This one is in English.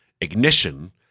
ignition